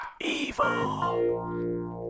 Evil